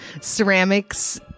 ceramics